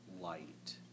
light